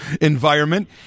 environment